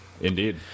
Indeed